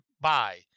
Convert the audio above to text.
buy